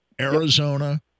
Arizona